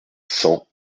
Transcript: cent